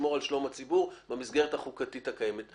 לשמור על שלום הציבור במסגרת החוקתית הקיימת.